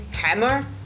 hammer